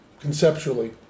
conceptually